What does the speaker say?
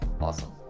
Awesome